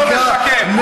ברוב ההצבעות אתם תצליחו.